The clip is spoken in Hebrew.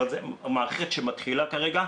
אבל זו מערכת שמתחילה כרגע.